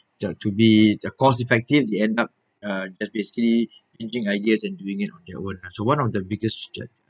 to be cost effective they end up uh just basically thinking ideas and doing it on their own lah so one of the biggest j~